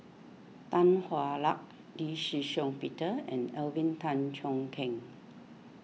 Tan Hwa Luck Lee Shih Shiong Peter and Alvin Tan Cheong Kheng